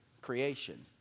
creation